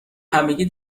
همگی